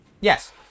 Yes